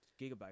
gigabyte